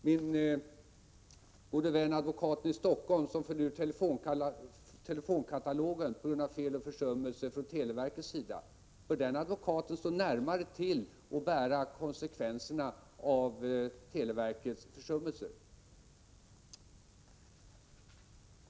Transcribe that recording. Min gode vän advokaten i Stockholm som föll ur telefonkatalogen på grund av fel och försummelse från televerkets sida — bör han stå närmare till att bära konsekvenserna av televerkets försummelse än televerket självt?